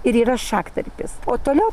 ir yra šaktarpis o toliau